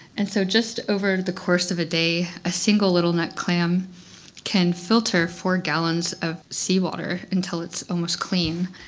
and so just over the course of a day, a single littleneck clam can filter four gallons of sea water until it's almost clean.